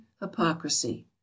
hypocrisy